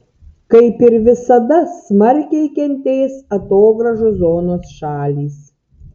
kaip ir visada smarkiai kentės atogrąžų zonos šalys